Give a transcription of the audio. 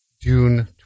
June